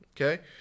Okay